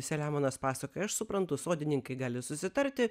saliamonas pasakoja aš suprantu sodininkai gali susitarti